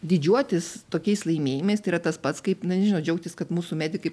didžiuotis tokiais laimėjimaistais tai yra tas pats kaip na nežinau džiaugtis kad mūsų medikai